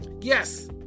Yes